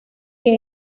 que